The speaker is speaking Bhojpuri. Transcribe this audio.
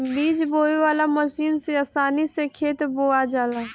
बीज बोवे वाला मशीन से आसानी से खेत बोवा जाला